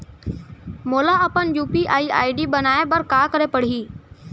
मोला अपन UPI ID बनाए बर का करे पड़ही?